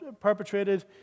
perpetrated